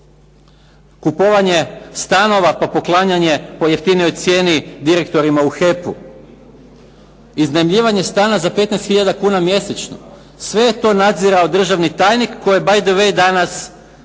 Kupovanje stanova pa poklanjanje po jeftinijoj cijeni direktorima u HEP-u. Iznajmljivanje stana za 15 hiljada kuna mjesečno, sve je to nadzirao državni tajnik koji je by the way danas